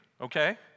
okay